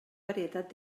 varietat